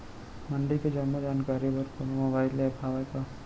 मंडी के जम्मो जानकारी बर कोनो मोबाइल ऐप्प हवय का?